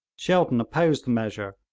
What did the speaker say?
shelton opposed the measure,